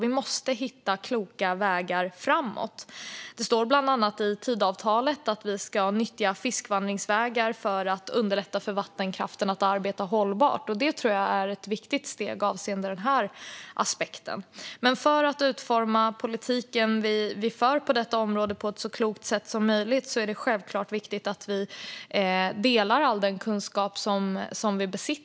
Vi måste hitta kloka vägar framåt. Det står bland annat i Tidöavtalet att vi ska nyttja fiskvandringsvägar för att underlätta för vattenkraften att arbeta hållbart. Det tror jag är ett viktigt steg avseende den aspekten. För att utforma politiken vi för på detta område på ett så klokt sätt som möjligt är det självklart viktigt att vi delar all den kunskap som vi besitter.